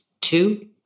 Two